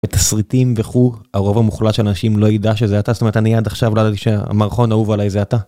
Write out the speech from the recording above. ותסריטים וכו' הרוב המוחלט של אנשים לא יידע שזה אתה אני עד עכשיו לא דעתי שהמערכון האהוב על איזה אתה.